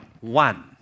one